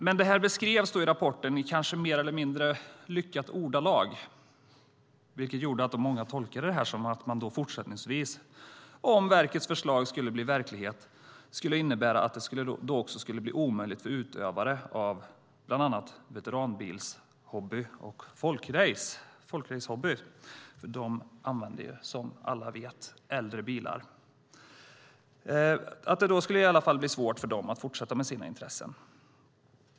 Men det beskrevs i rapporten i mer eller mindre lyckade ordalag, vilket gjorde att många tolkade det så att det fortsättningsvis, om verkets förslag skulle bli verklighet, skulle bli omöjligt för utövare av bland annat veteranbilshobby och folkracehobby. De använder som alla vet äldre bilar, och då skulle det bli svårt för dem att fortsätta med sina intressen.